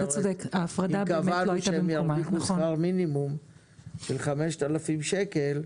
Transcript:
התכוונו שהם ירוויחו שכר מינימום של 5,000 שקל,